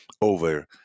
over